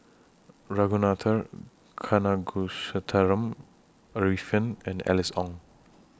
Ragunathar Kanagasuntheram Arifin and Alice Ong